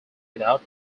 without